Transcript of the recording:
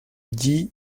dit